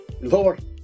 Lord